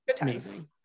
amazing